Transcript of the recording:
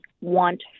want